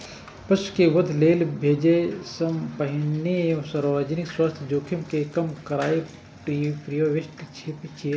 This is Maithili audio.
पशु कें वध लेल भेजै सं पहिने सार्वजनिक स्वास्थ्य जोखिम कें कम करनाय प्रीहार्वेस्ट छियै